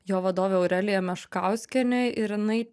jo vadovė aurelija meškauskienė ir jinai